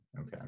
okay